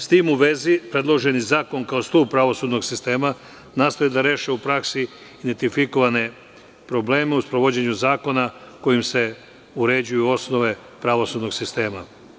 S tim u vezi, predloženi zakon, kao stub pravosudnog sistema, nastoji da reši u praksi identifikovane probleme u sprovođenju zakona kojim se uređuju osnove pravosudnog sistema.